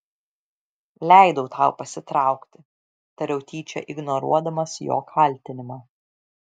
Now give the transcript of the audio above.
leidau tau pasitraukti tariau tyčia ignoruodamas jo kaltinimą